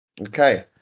Okay